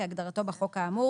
כהגדרתו בחוק האמור